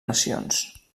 nacions